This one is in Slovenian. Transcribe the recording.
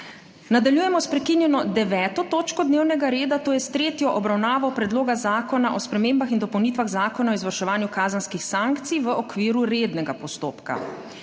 Nadaljujemo s prekinjeno 9. točko dnevnega reda, to je s tretjo obravnavo Predloga zakona o spremembah in dopolnitvah Zakona o izvrševanju kazenskih sankcij v okviru rednega postopka.